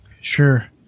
Sure